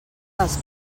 dels